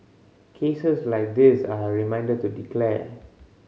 cases like this are a reminder to declare